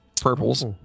purples